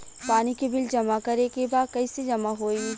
पानी के बिल जमा करे के बा कैसे जमा होई?